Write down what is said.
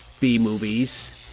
b-movies